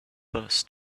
first